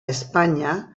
espanya